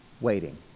waiting